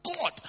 God